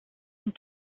and